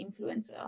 influencer